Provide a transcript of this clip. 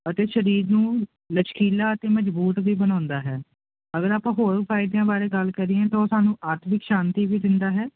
ਅਤੇ ਸਰੀਰ ਨੂੰ ਲਚਕੀਲਾ ਅਤੇ ਮਜ਼ਬੂਤ ਵੀ ਬਣਾਉਂਦਾ ਹੈ ਅਗਰ ਆਪਾਂ ਹੋਰ ਫ਼ਾਇਦਿਆਂ ਬਾਰੇ ਗੱਲ ਕਰੀਏ ਤਾਂ ਉਹ ਸਾਨੂੰ ਆਤਮਿਕ ਸ਼ਾਂਤੀ ਵੀ ਦਿੰਦਾ ਹੈ